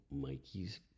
Mikey's